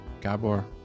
Gabor